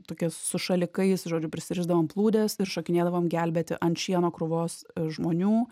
tokias su šalikais žodžiu prisirišdavom plūdes ir šokinėdavome gelbėti ant šieno krūvos žmonių